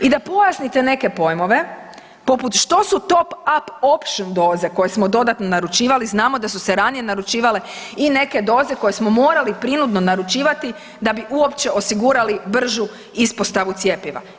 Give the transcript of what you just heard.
I da pojasnite neke pojmove poput što su to up option doze koje smo dodatno naručivali, znamo da su se ranije naručivale i neke doze koje smo morali prinudno naručivati da bi uopće osigurali bržu ispostavu cjepiva.